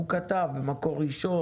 הוא כתב במקור ראשון,